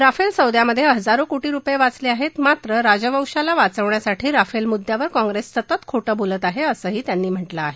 Rafale सौद्यामधे हजारो कोटी रुपये वाचले आहेत मात्र राजवंशाला वाचवण्यासाठी राफेल मुद्यावर काँग्रेस सतत खोटं बोलत आहे असंही त्यांनी म्हटलं आहे